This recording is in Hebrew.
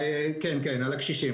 כן, על הקשישים.